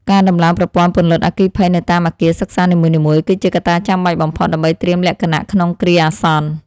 ការដំឡើងប្រព័ន្ធពន្លត់អគ្គិភ័យនៅតាមអគារសិក្សានីមួយៗ គឺជាកត្តាចាំបាច់បំផុតដើម្បីត្រៀមលក្ខណៈក្នុងគ្រាអាសន្ន។